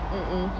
mmhmm